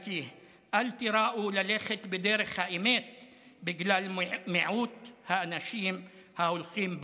תיראו ללכת בדרך האמת בגלל מיעוט האנשים ההולכים בה.